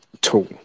tool